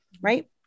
right